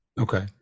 Okay